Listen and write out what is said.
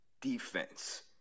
defense